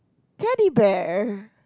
Teddy Bear